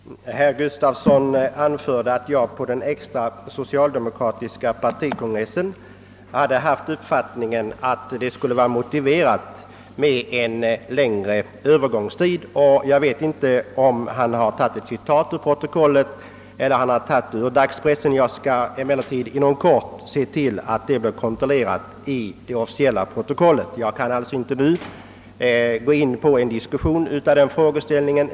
Herr talman! Herr Gustafsson anförde att jag på socialdemokraternas extra partikongress hade framfört uppfattningen att en längre övergångstid skulle vara motiverad. Jag vet inte om han tagit citatet ur protokollet eller ur dagspressen. Jag skall emellertid inom kort se till att det blir kontrollerat om något sådant finns med i det officiella protokollet. Jag kan alltså inte nu ge mig in på en diskussion av den frågan.